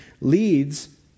leads